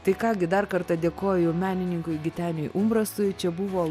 tai ką gi dar kartą dėkoju menininkui giteniui umbrasui čia buvo